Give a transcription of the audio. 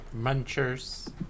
Munchers